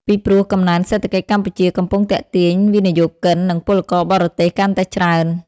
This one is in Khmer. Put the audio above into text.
ពីព្រោះ កំណើនសេដ្ឋកិច្ចកម្ពុជាកំពុងទាក់ទាញវិនិយោគិន និងពលករបរទេសកាន់តែច្រើន។